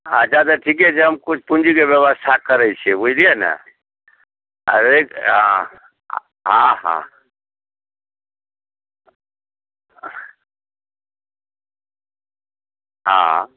अच्छा तऽ ठीके छै हम किछु पूँजीके बेवस्था करै छियै बुझलियै ने अरे हँ हँ हँ